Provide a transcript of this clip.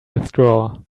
withdraw